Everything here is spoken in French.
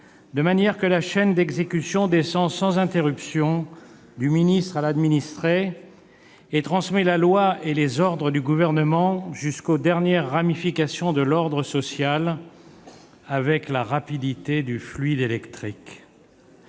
de manière que la chaîne d'exécution descend sans interruption du ministre à l'administré, et transmet la loi et les ordres du Gouvernement jusqu'aux dernières ramifications de l'ordre social avec la rapidité du fluide électrique.